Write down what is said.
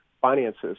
finances